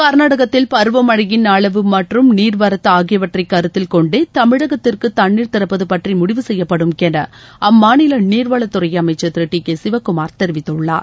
கா்நாடகத்தில் பருவமழையின் அளவு மற்றும் நீாவரத்து ஆகியவற்றை கருத்தில் கொண்டே தமிழகத்திற்கு தண்ணீர் திறப்பது பற்றி முடிவு செய்யப்படும் என அம்மாநில நீர்வளத் துறை அமைச்சர் திரு கே சிவகுமார் தெரிவித்துள்ளார்